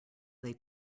they